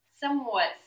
somewhat